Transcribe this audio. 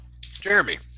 Jeremy